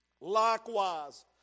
Likewise